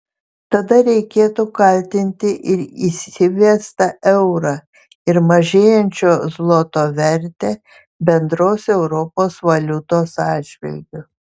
tada reikėtų kaltinti ir įsivestą eurą ir mažėjančio zloto vertę bendros europos valiutos atžvilgiu